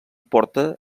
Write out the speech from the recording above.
porta